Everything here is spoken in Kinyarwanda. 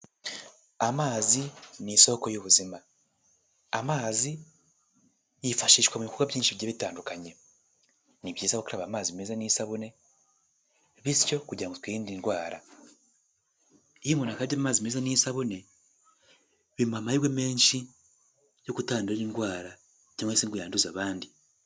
Amazi ni isoko y'ubuzima, amazi yifashishwa mu bikorwa byinshi bigiye bitandukanye, ni byizaba amazi meza n'isabune, bityo kugira ngo twirinde ndwara, iyo umuntu akarabye amazi meza n'isabune, bimuha amahirwe menshi yo kutandura indwara cyangwa se ngo yanduza abandi.